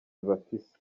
bafise